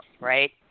right